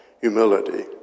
humility